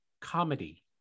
comedy